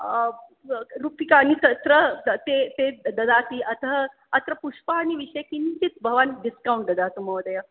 रूप्यकाणि तत्र ते ददाति अतः अत्र पुष्पाणि विषये किञ्चित् भवान् डिस्कौण्ट् ददातु महोदय